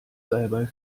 salbei